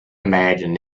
imagine